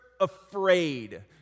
afraid